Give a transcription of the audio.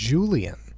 Julian